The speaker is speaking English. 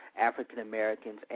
African-Americans